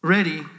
Ready